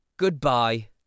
Goodbye